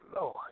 Lord